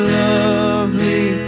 lovely